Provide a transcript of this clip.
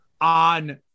on